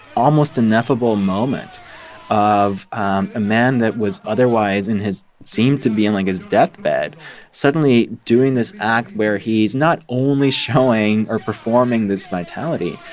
almost ineffable moment of a man that was otherwise in his seemed to be in, like, death bed suddenly doing this act where he is not only showing or performing this vitality